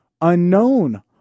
unknown